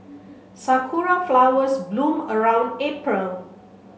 sakura flowers bloom around April